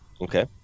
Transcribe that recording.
Okay